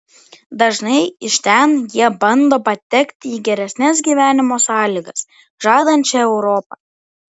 dažnai iš ten jie bando patekti į geresnes gyvenimo sąlygas žadančią europą